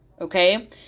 okay